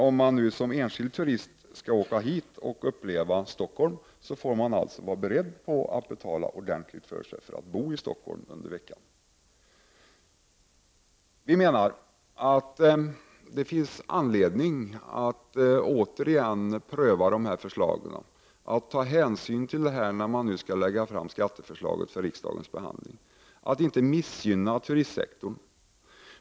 Om man som enskild turist skall åka hit och uppleva Stockholm får man alltså vara beredd på att betala ordentligt för sig för att bo i Stockholm under veckan. Centerpartiet menar att det finns anledning att återigen pröva dessa förslag, att ta hänsyn till detta när man nu skall lägga fram skatteförslaget för riksdagens behandling, att inte missgynna turistsektorn.